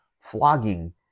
flogging